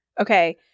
Okay